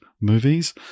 movies